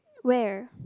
where